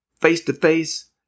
face-to-face